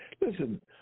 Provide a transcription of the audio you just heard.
listen